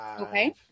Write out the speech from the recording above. Okay